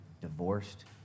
divorced